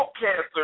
cancer